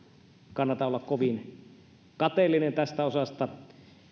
kannata olla kovin kateellinen tästä osasta